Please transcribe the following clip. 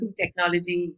technology